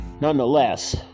Nonetheless